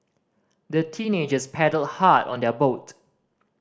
the teenagers paddled hard on their boat